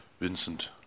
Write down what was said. Vincent